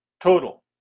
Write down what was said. total